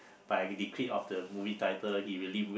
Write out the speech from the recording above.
but if we liquid off the movie title he really wake